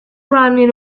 running